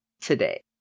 today